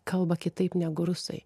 kalba kitaip negu rusai